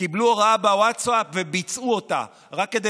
קיבלו הוראה בווטסאפ וביצעו אותה רק כדי